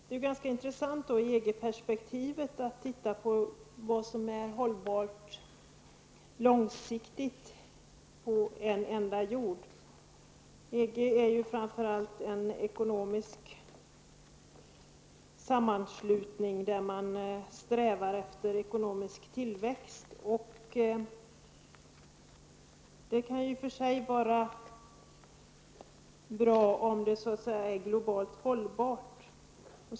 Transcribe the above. Det är då intressant att ur EG-perspektiv titta på vad som är hållbart långsiktigt på en enda jord. EG är ju framför allt en ekonomisk sammanslutning där man strävar efter ekonomisk tillväxt. Det kan i och för sig vara bra, om det är globalt hållbart.